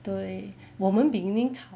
对我们 beginning 炒